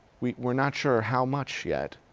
we're we're not sure how much yet.